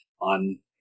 on